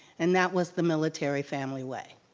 and that was the military family way.